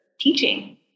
teaching